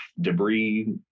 debris